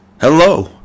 Hello